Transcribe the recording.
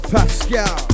Pascal